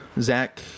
Zach